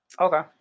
Okay